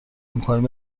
میکنیم